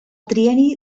trienni